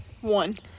One